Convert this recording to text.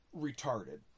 retarded